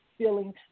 Feeling